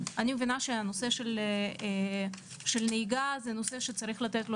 אני מבינה שהנושא של הנהיגה צריך לתת עליו